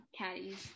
caddies